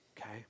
Okay